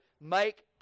make